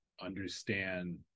understand